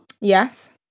Yes